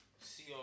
see